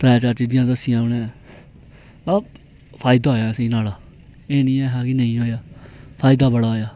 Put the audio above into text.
त्रै चार चीजां दस्सियां उनें अबा फायदा होआ असेंगी नुआढ़ा एह् नेई है नेईं होआ फ्यादा बड़ा होआ